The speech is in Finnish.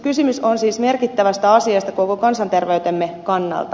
kysymys on siis merkittävästä asiasta koko kansanterveytemme kannalta